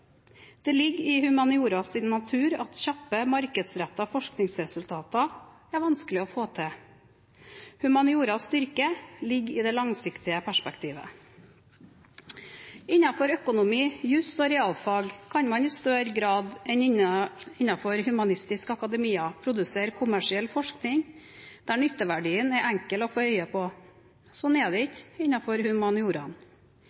Det ligger i humanioras natur at kjappe markedsrettede forskningsresultater er vanskelig å få til. Humanioras styrke ligger i det langsiktige perspektivet. Innenfor økonomi, juss og realfag kan man i større grad enn innen humanistisk akademia produsere kommersiell forskning, der nytteverdien er enkel å få øye på. Slik er det